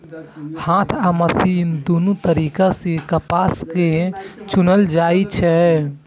हाथ आ मशीन दुनू तरीका सं कपास कें चुनल जाइ छै